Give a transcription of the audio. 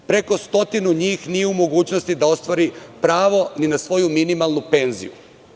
Preko stotinu njih nije u mogućnosti da ostvari pravo ni na svoju minimalnu penziju.